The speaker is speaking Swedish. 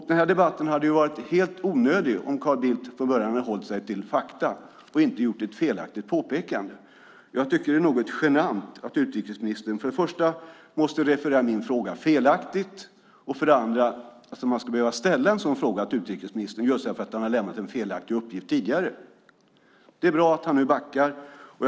Den här debatten hade varit helt onödig om Carl Bildt från början hade hållit sig till fakta och inte gjort ett felaktigt påpekande. Jag tycker att det är något genant för det första att utrikesministern måste referera min fråga felaktigt och för det andra att man ska behöva ställa en sådan här fråga till utrikesministern just därför att han tidigare lämnat en felaktig uppgift. Men det är bra att utrikesministern nu backar.